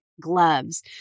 gloves